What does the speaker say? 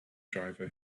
driver